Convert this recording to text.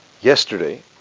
Yesterday